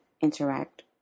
interact